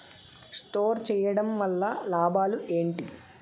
Store చేయడం వల్ల లాభాలు ఏంటి?